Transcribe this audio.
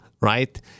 right